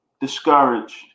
discouraged